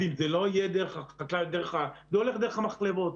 אם זה לא יהיה דרך החקלאי, זה הולך דרך המחלבות.